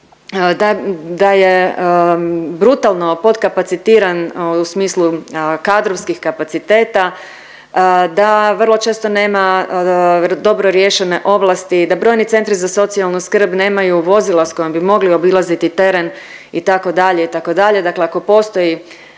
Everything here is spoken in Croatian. da je brutalno podkapacitiran u smislu kadrovskih kapaciteta, da vrlo često nema dobro riješene ovlasti, da brojni centri za socijalnu skrb nemaju vozila s kojim bi mogli obilaziti teren, itd., itd., dakle ako postoji